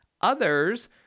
Others